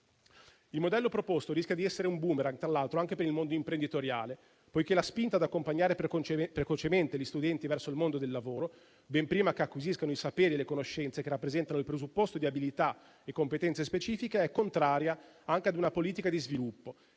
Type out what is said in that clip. Il modello proposto rischia di essere un *boomerang*, tra l'altro, anche per il mondo imprenditoriale, perché la spinta ad accompagnare precocemente gli studenti verso il mondo del lavoro, ben prima che acquisiscano i saperi e le conoscenze che rappresentano il presupposto di abilità e competenze specifiche, è contraria anche ad una politica di sviluppo